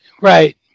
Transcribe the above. Right